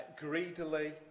greedily